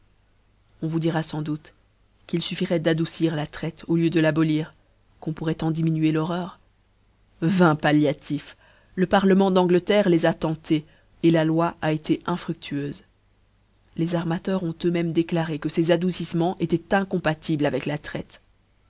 on vous dira fans doute qu'il fuffiroit d'adon cir la traite au lieu de l'abolir qu'on pourroifc en diminuer l'horreur vains palliatifs le parlement dangleeçrre les a tentés la loi a été infruâueufe les armateurs déclaré que ces adouciffcmens étoient incbmptibles avec la traite